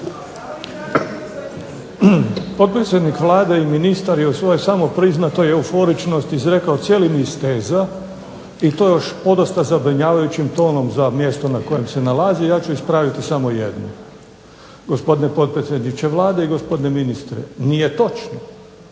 Potpredsjednik Vlade i ministar je u svojoj samo priznatoj euforičnosti izrekao cijeli niz teza i to još podosta zabrinjavajućim tonom za mjesto na kojem se nalazi. Ja ću ispraviti samo jednu. Gospodine potpredsjedniče Vlade i gospodine ministre, nije točno